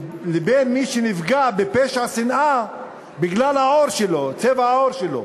או מישהו נפגע בפשע שנאה בגלל צבע העור שלו?